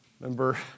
Remember